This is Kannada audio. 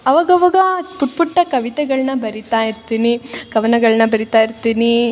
ಅವಾಗವಾಗ ಪುಟ್ಟ ಪುಟ್ಟ ಕವಿತೆಗಳ್ನ ಬರಿತಾ ಇರ್ತಿನಿ ಕವನಗಳ್ನ ಬರಿತಾ ಇರ್ತಿನಿ ಆ